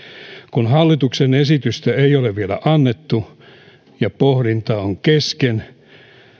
kun hallituksen esitystä ei ole vielä annettu ja pohdinta on kesken